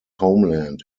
homeland